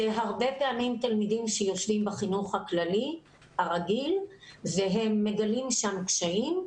אלה הרבה פעמים תלמידים שיושבים בחינוך הכללי הרגיל והם מגלים שם קשיים.